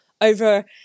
over